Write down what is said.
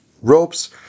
ropes